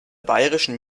bayerischen